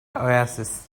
oasis